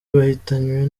bahitanywe